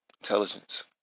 intelligence